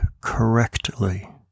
correctly